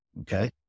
Okay